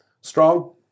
strong